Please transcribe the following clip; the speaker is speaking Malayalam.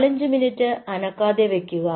നാലഞ്ചു മിനിറ്റ് അനക്കാതെ വയ്ക്കുക